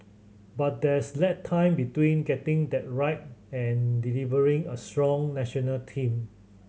but there's lag time between getting that right and delivering a strong national team